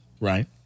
Right